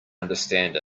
understand